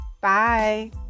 bye